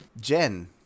Jen